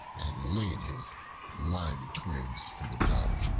laid his lime-twigs for the dove,